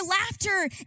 laughter